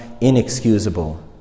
inexcusable